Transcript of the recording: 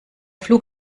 flug